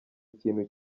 ikintu